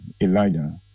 Elijah